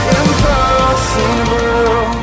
impossible